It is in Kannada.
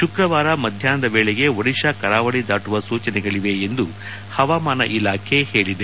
ಶುಕ್ರವಾರ ಮಧ್ಯಾಹ್ನದ ವೇಳೆಗೆ ಒಡಿಶಾ ಕರಾವಳಿ ದಾಟುವ ಸೂಚನೆಗಳಿವೆ ಎಂದು ಹವಾಮಾನ ಇಲಾಖೆ ಹೇಳೀದೆ